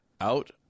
out